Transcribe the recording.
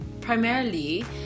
primarily